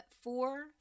four